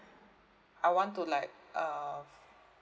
I want to like uh